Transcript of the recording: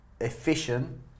efficient